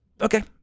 Okay